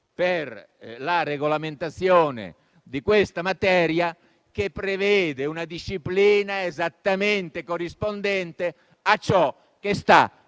per la regolamentazione di questa materia, che prevede una disciplina esattamente corrispondente a ciò che sta